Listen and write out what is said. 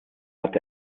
hat